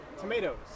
tomatoes